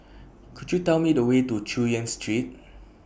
Could YOU Tell Me The Way to Chu Yen Street